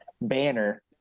banner